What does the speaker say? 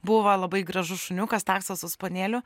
buvo labai gražus šuniukas taksas su spanieliu